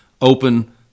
open